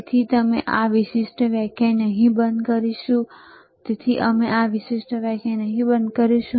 તેથી અમે આ વિશિષ્ટ વ્યાખ્યાન અહીં બંધ કરીશું